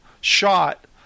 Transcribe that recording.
shot